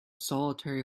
solitary